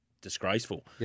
disgraceful